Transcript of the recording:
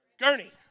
Gurney